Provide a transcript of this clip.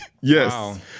yes